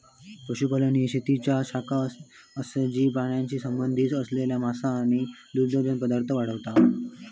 पशुपालन ही शेतीची शाखा असा जी प्राण्यांशी संबंधित असलेला मांस आणि दुग्धजन्य पदार्थ वाढवता